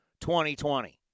2020